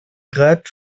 gräbt